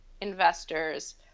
investors